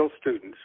students